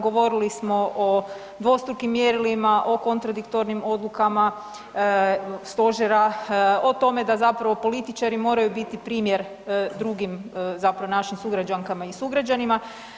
Govorili smo o dvostrukim mjerilima, o kontradiktornim odlukama Stožera, o tome da zapravo političari moraju biti primjer drugim zapravo našim sugrađankama i sugrađanima.